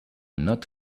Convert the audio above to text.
not